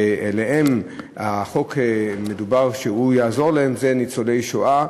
ובהם מדובר, שהחוק יעזור להם, אלה ניצולי השואה.